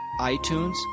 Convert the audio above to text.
iTunes